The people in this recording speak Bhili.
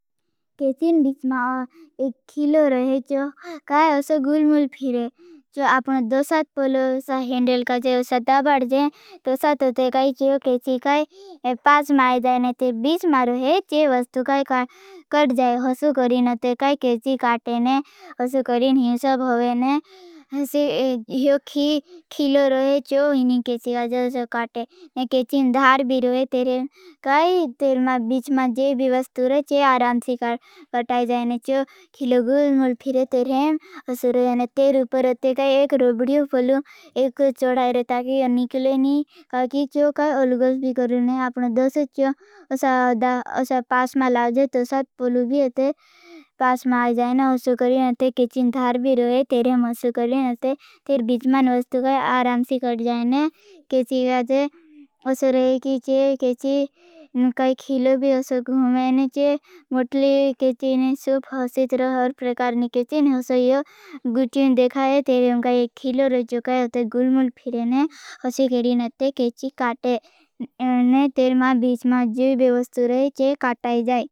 केचिन बीच मा एक खिलो रहे। चो काई असो गुल्मुल फिरे चो। आपनो दो साथ पोलो असा हेंडल का जए। असा दबड़ जे तो साथ अते काई चो केचि काई पास माई जाए। ते बीच मा रहे चे वस्तु काई काई कट जाए। हसु करिन अते काई केचि काटे ने हसु। करिन ही सब होगे ने हसु यो खिलो रहे चो इनी। केचि काई जाए असा काटे ने केचिन दार भी रहे। तेरे काई तेल मा बीच मा जे भी वस्तु रहे चे। आरांची काटाई जाए ने चो खिलो गुल मुल फिरे तेरें हसु रहे ने। तेर उपर अते काई एक रोबडियो पलू एक चोड़ाई रहे। ता कि यो निकले नी काकी चो काई अलगस भी करूने। आपने दोस्ट चो उसा पास मा लाउजे। तो उसा पलू भी अते पास मा आजाए ने। हसु करें अते केछी दार भी रहे तेरें हसु करें। अते तेर बीच मान वस्तु काई आराम्सी कर जाए। ने केछी गाँजे उसा रहे कीचे केछी काई खिलो। भी उसा गूमें ने चे मोटली केछी ने। सुप हसु तर हर प्रकार ने केछी ने उसा यो गुट्यून देखाये। तेरें काई एक खिलो रहे चोकाई। अते गुलमुल फ फिरे ने हसु गरीन। अते केछी काटे ने तेर मा बीच मा जूय बेवस्तु रहे चे काटाई जाए।